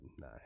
no